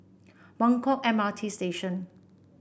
Buangkok M R T Station